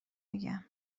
میگم